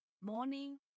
morning